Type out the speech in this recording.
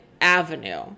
Avenue